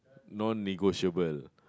non-negotiable